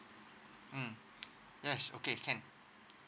mm yes okay can